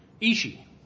Ishi